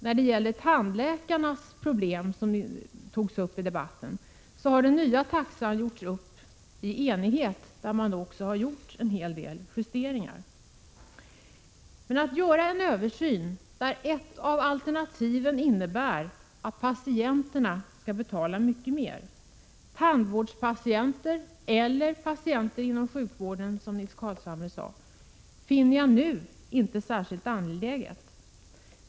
När det gäller tandläkarnas problem, som tagits upp i debatten, vill jag säga att den nya taxan har fastställts i enighet. Man har gjort en hel del justeringar. Beträffande översynen finns det, som Nils Carlshamre sade, ett alternativ som innebär att patienterna — såväl tandvårdspatienter som andra patienter inom sjukvården — skall betala mycket mer än som nu är fallet, och det tycker jag inte är särskilt angeläget.